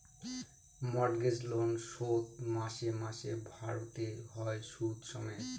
mortgage loan শোধ মাসে মাসে ভারতে হয় সুদ সমেত